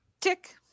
tick